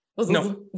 no